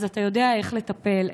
אתה יודע איך לטפל,